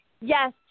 Yes